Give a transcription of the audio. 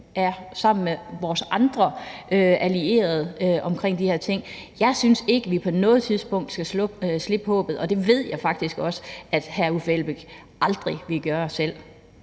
står sammen med vores andre allierede om de her ting. Jeg synes ikke, vi på noget tidspunkt skal slippe håbet, og det ved jeg faktisk også at hr. Uffe Elbæk aldrig ville gøre selv.